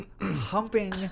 humping